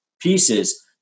pieces